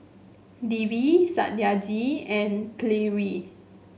Devi Satyajit and Kalluri